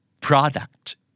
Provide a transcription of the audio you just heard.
product